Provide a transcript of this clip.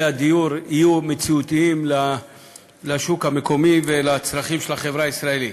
הדיור יהיה מציאותי לשוק המקומי ולצרכים של החברה הישראלית.